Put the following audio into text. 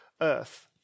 earth